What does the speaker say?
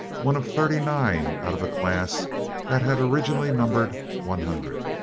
one of thirty-nine out of a class that had originally numbered one hundred.